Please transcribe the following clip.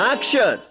Action